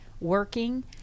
working